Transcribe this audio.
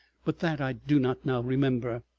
but that i do not now remember.